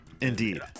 indeed